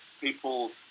people